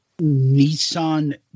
Nissan